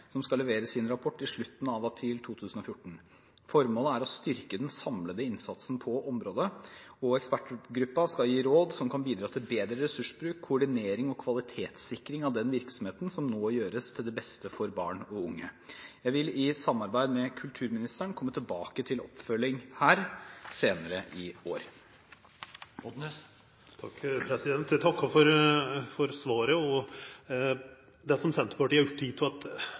som skal levere sin rapport i slutten av april 2014. Formålet er å styrke den samlede innsatsen på området, og ekspertgruppen skal gi råd som kan bidra til bedre ressursbruk, koordinering og kvalitetssikring av den virksomheten som nå gjøres til det beste for barn og unge. Jeg vil i samarbeid med kulturministeren komme tilbake til oppfølging her senere i år. Eg takkar for svaret. Det som Senterpartiet er oppteke av, er at